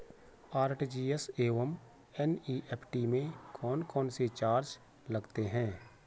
RTGS एवं NEFT में कौन कौनसे चार्ज लगते हैं?